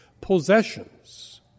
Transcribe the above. possessions